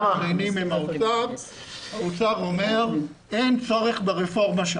אנחנו מתדיינים עם האוצר והאוצר אומר שאין צורך ברפורמה שם.